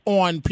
on